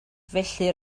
felly